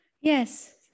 yes